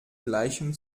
gleichem